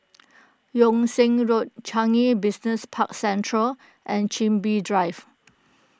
Yung Sheng Road Changi Business Park Central and Chin Bee Drive